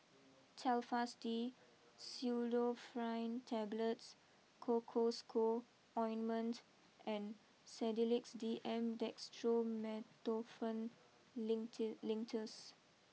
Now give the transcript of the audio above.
Telfast D Pseudoephrine Tablets Cocois Co Ointment and Sedilix D M Dextromethorphan Linctus